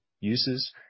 uses